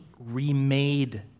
remade